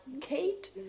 Kate